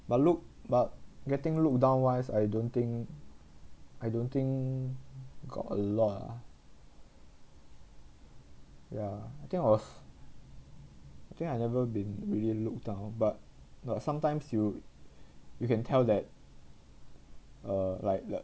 but look but getting look down wise I don't think I don't think got a lot ah ya I think I was I think I never been really look down but but sometimes you you can tell that uh like the